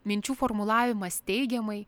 minčių formulavimas teigiamai